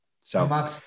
So-